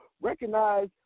recognize